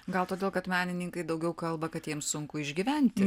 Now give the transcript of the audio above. gal todėl kad menininkai daugiau kalba kad jiems sunku išgyventi